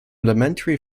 elementary